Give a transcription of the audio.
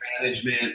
management